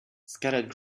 scattered